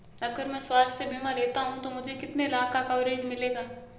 अगर मैं स्वास्थ्य बीमा लेता हूं तो मुझे कितने लाख का कवरेज मिलेगा?